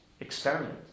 Experiment